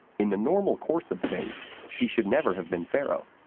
in the normal course of things, she should never have been pharaoh.